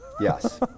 Yes